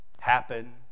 happen